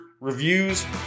reviews